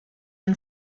ein